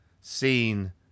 seen